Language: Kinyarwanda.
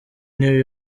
new